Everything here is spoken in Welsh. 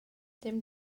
dim